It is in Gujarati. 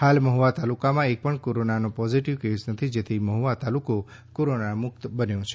હાલ મહુવા તાલુકા માં એક પણ કોરોનાનો પોજિટિવ કેસ નથી જેથી મહુવા તાલુકો કોરોના મુક્ત બન્યો છે